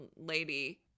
lady